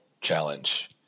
challenge